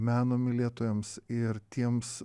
meno mylėtojams ir tiems